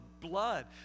blood